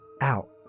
out